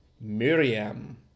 Miriam